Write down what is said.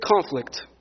conflict